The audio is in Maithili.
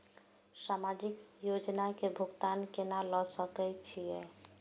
समाजिक योजना के भुगतान केना ल सके छिऐ?